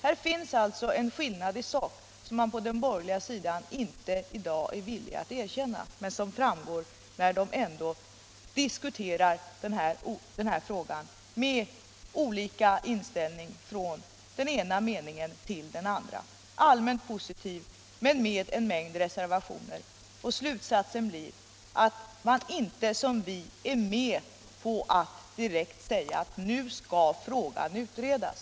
Här finns alltså en skillnad i sak, som man på den borgerliga sidan i dag inte är villig att erkänna men som ändå framkommer när man diskuterar den här frågan. Man är allmänt positiv men kommer med en mängd reservationer. Slutsatsen blir att man inte är med på att direkt säga, såsom vi vill, att nu skall frågan utredas.